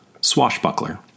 Swashbuckler